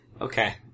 Okay